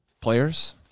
players